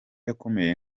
akomeye